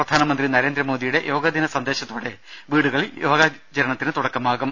പ്രധാനമന്ത്രി നരേന്ദ്രമോദിയുടെ യോഗാദിന സന്ദേശത്തോടെ വീടുകളിൽ യോഗാചരണത്തിന് തുടക്കമാകും